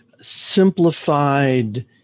simplified